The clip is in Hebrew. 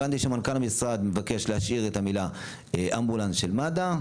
הבנתי שמנכ"ל המשרד מבקש להשאיר את המילה "אמבולנס של מד"א",